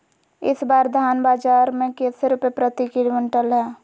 इस बार धान बाजार मे कैसे रुपए प्रति क्विंटल है?